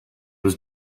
was